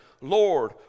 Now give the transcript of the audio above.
lord